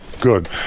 Good